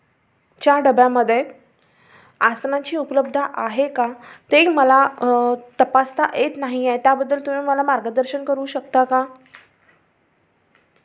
च्या डब्यामध्ये आसनाची उपलब्धता आहे का तेही मला तपासता येत नाही आहे त्याबद्दल तुम्ही मला मार्गदर्शन करू शकता का